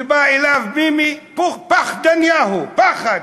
ובא אליו ביבי פחדניהו: פחד,